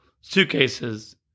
suitcases